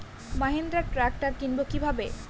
Mahindra tractor কিনবো কি ভাবে?